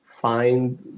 find